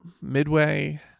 midway